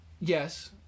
Yes